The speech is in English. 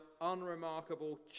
unremarkable